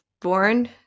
born